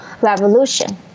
revolution